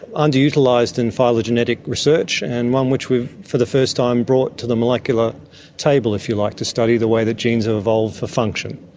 underutilised in phylogenetic research, and one which we have, for the first time, brought to the molecular table, if you like, to study the way that genes have evolved for function.